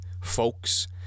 folks